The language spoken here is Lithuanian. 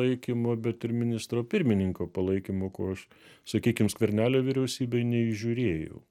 palaikymo bet ir ministro pirmininko palaikymo ko aš sakykim skvernelio vyriausybėj neįžiūrėjau